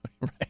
Right